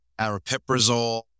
aripiprazole